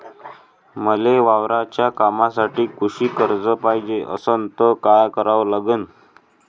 मले वावराच्या कामासाठी कृषी कर्ज पायजे असनं त काय कराव लागन?